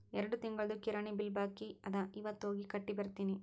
ಎರಡು ತಿಂಗುಳ್ದು ಕಿರಾಣಿ ಬಿಲ್ ಬಾಕಿ ಅದ ಇವತ್ ಹೋಗಿ ಕಟ್ಟಿ ಬರ್ತಿನಿ